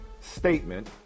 statement